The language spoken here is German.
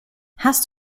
hast